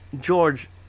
George